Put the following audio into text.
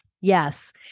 Yes